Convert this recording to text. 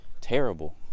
terrible